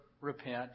repent